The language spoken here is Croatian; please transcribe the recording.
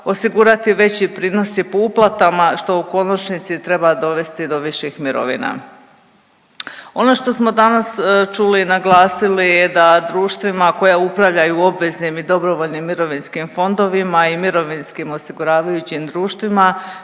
osigurati veći prinos i po uplatama, što u konačnici treba dovesti do viših mirovina. Ono što smo danas čuli, naglasili je da društvima koja upravljaju obveznim i dobrovoljnim mirovinskim fondovima i mirovinskim osiguravajućim društvima